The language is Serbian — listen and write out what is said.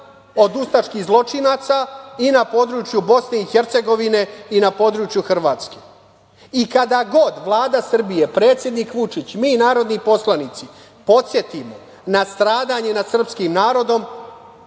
od ustaških zločinaca, i na području Bosne i Hercegovine i na području Hrvatske. Kad god Vlada Srbije, predsednik Vučić, mi narodni poslanici podsetimo na stradanje nad srpskim narodom,